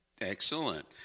Excellent